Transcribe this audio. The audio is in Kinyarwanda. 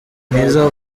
mwiza